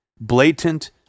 Blatant